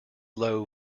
low